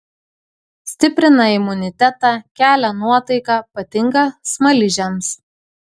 stiprina imunitetą kelia nuotaiką patinka smaližiams